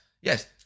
Yes